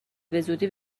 بزودی